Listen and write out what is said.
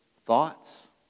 thoughts